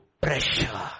pressure